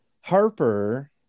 Harper